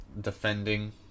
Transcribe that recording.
defending